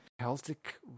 Celtic